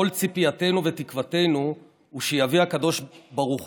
כל ציפייתנו ותקוותנו הוא שיביא הקדוש ברוך